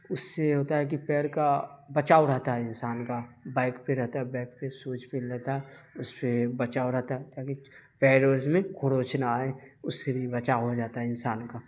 اس سے یہ ہوتا ہے کہ پیر کا بچاؤ رہتا ہے انسان کا بائک پہ رہتا ہے بائک پہ سوج پہن لیتا ہے اس پہ بچاؤ رہتا ہے تاکہ پیر ویر میں خروچ نہ آئے اس سے بھی بچاؤ ہو جاتا ہے انسان کا